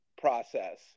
process